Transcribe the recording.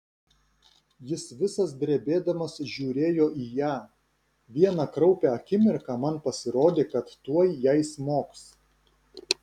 jis visas drebėdamas žiūrėjo į ją vieną kraupią akimirką man pasirodė kad tuoj jai smogs